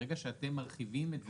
ברגע שאתם מרחיבים את זה,